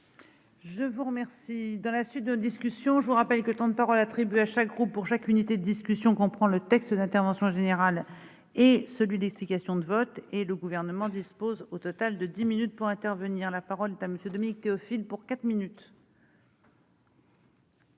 Je vous remercie, dans la suite de discussions, je vous rappelle que temps de parole attribués à chaque groupe pour Jacques unité discussion qu'on prend le texte d'intervention et celui d'explications de vote et le gouvernement dispose au total de 10 minutes pour intervenir, la parole est à monsieur Dominique Théophile pour quatre minutes.